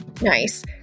Nice